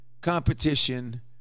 competition